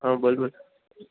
હા બોલ બોલ